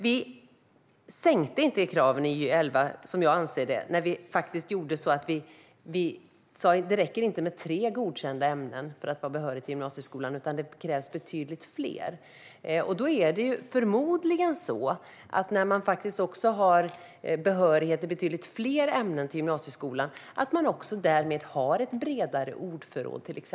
Jag anser inte att vi sänkte kraven i Gy 2011 när vi sa att det inte räcker med tre godkända ämnen för att vara godkänd för gymnasieskolan utan att det krävs betydligt fler. När man har behörighet i betydligt fler ämnen till gymnasieskolan har man förmodligen också därmed till exempel ett bredare ordförråd.